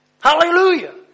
Hallelujah